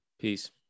Peace